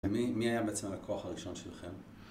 מי היה בעצם הלקוח הראשון שלכם?